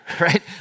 right